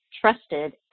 trusted